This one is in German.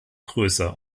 größer